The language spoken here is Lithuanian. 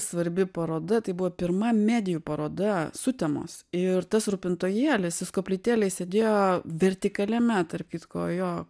svarbi paroda tai buvo pirma medijų paroda sutemos ir tas rūpintojėlis jis koplytėlėj sėdėjo vertikaliame tarp kitko jo